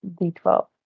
D12